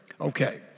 okay